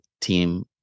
team